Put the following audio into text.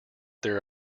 there